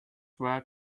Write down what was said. word